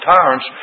tyrants